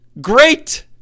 great